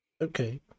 okay